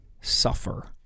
suffer